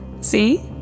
See